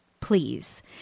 please